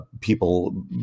people